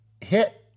hit